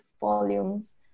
volumes